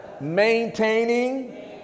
Maintaining